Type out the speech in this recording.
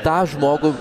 tą žmogų